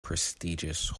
prestigious